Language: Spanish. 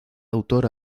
autor